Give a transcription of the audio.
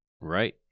Right